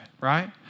right